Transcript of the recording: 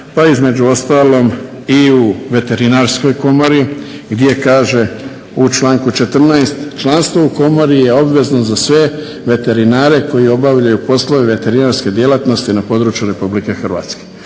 pa između ostalog i u Veterinarskoj komori gdje kaže u članku 14. "Članstvo u komori je obvezno za sve veterinare koji obavljaju poslove veterinarske djelatnosti na području RH".